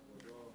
ולא יכול להיות,